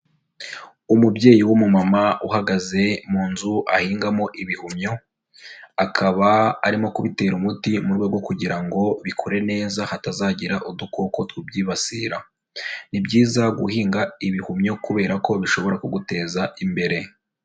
Umubyeyi w'umumama uhagaze mu nzu ahingamo ibihumyo, akaba arimo kubitera umuti mu rwego kugira ngo bikure neza hatazagira udukoko tubyibasira. Ni byiza guhinga ibihumyo kubera ko bishobora kuguteza imbere.